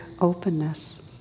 openness